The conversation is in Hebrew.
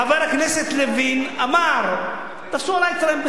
חבר הכנסת לוין אמר, תפסו עליך טרמפ.